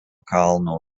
kalno